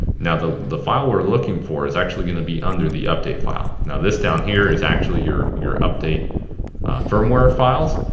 now the the file we're looking for is actually gonna be under the update file. now this down here is actually your your update firmware files.